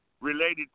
related